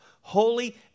holy